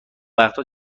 وقتها